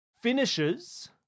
Finishes